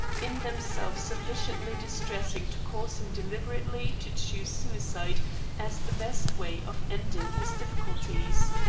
in themselves sufficiently distressing to cause him deliberately to choose suicide as the best way of ending his difficulties.